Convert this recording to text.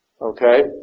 Okay